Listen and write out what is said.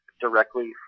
directly